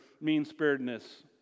mean-spiritedness